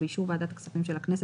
ובאישור ועדת הכספים של הכנסת,